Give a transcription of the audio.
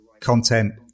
content